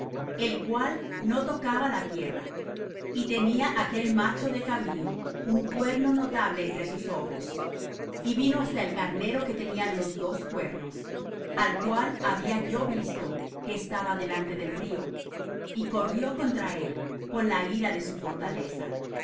el cual no tocaba la tierra y tenía aquel macho de cabrío un cuerno notable entre sus ojos y vino hasta el carnero que tenía los dos cuernos al cual había yo visto que estaba delante del río y corrió contra él con la ira de su fortaleza